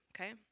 okay